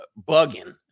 bugging